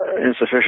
insufficient